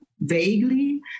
vaguely